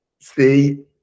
See